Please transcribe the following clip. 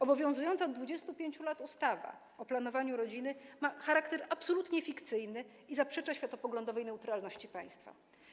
Obowiązująca od 25 lat ustawa o planowaniu rodziny ma charakter absolutnie fikcyjny i zaprzecza światopoglądowej neutralności państwa.